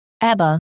Abba